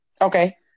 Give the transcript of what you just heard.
Okay